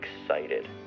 excited